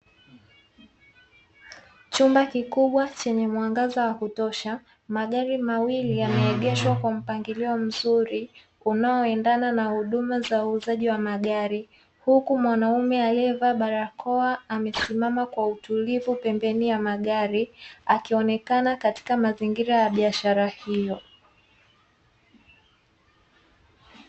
Chumba kikubwa chenye mwangaza wa kutosha, magari mawili yameegeshwa kwa mpangilio mzuri unaoendana na huduma za uuzaji wa magari, huku mwanaume aliyevaa barakoa amesimama kwa utulivu pembeni ya magari, akionekana katika mazingira ya biashara hiyo.